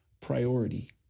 priority